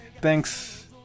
thanks